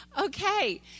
Okay